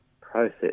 process